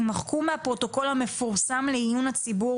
יימחקו מהפרוטוקול המפורסם לעיון הציבור